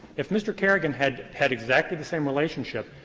if mr. carrigan had had exactly the same relationship,